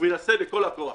יגאל פרסלר מנסה בכל הכוח,